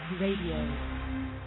Radio